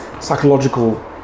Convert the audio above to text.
psychological